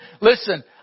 Listen